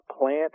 plant